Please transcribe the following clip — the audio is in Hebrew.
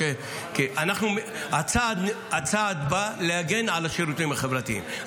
הצעד בא להגן על השירותים החברתיים,